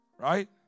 right